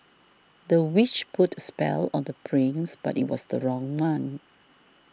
the witch put a spell on the prince but it was the wrong one